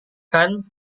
kan